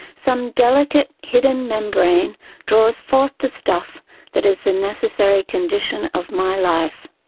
some delicate hidden membrane draws forth the stuff that is the necessary condition of my life.